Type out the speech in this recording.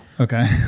okay